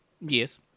Yes